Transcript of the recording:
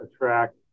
attract